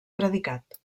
predicat